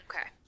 Okay